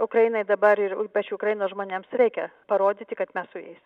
ukrainai dabar ir ypač ukrainos žmonėms reikia parodyti kad mes su jais